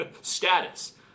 status